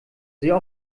sehr